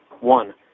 one